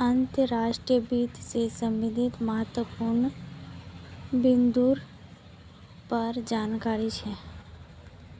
अंतर्राष्ट्रीय वित्त से संबंधित महत्वपूर्ण बिन्दुर पर जानकारी छे